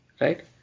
right